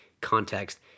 context